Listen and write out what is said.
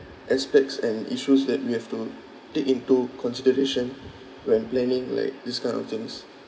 aspects and issues that we have to take into consideration when planning like these kind of things